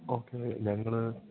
okay ഞങ്ങൾ